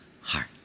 heart